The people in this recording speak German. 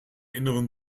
inneren